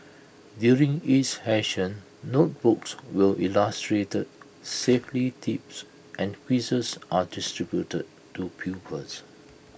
during each session notebooks with illustrated safety tips and quizzes are distributed to pupils